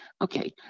okay